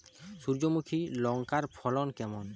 সূর্যমুখী লঙ্কার ফলন কেমন?